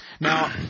Now